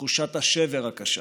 תחושת השבר הקשה.